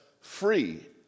free